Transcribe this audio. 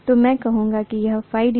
तो मैं कहूंगा कि यह ΦA